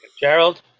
Gerald